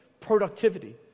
productivity